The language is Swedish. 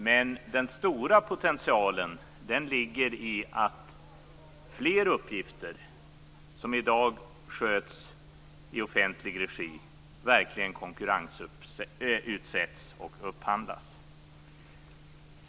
Men den stora potentialen ligger i att fler uppgifter som i dag sköts i offentlig regi verkligen konkurrensutsätts och upphandlas.